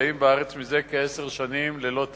הנמצאים בארץ זה כעשר שנים ללא תיעוד.